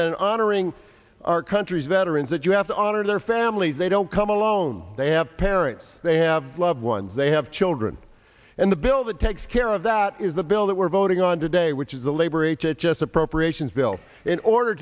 in honoring our country's veterans that you have to honor their families they don't come alone they have parents they have loved ones they have children and the bill that takes care of that is the bill that we're voting on today which is the labor h h s appropriations bill in order